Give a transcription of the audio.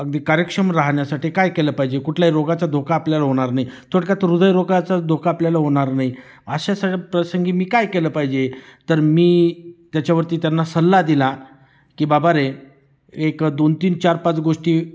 अगदी कार्यक्षम राहण्यासाठी काय केलं पाहिजे कुठल्याही रोगाचा धोका आपल्याला होणार नाही थोडक्यात हृदयरोगाचा धोका आपल्याला होणार नाही अशा सगळ्या प्रसंगी मी काय केलं पाहिजे तर मी त्याच्यावरती त्यांना सल्ला दिला की बाब रे एक दोन तीन चार पाच गोष्टी